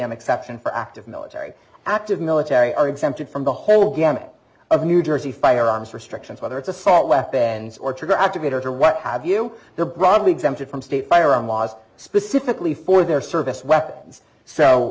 m exception for active military active military are exempted from the whole gamut of new jersey firearms whether it's assault weapons or trigger activators or what have you they're broadly exempted from state firearm laws specifically for their service weapons so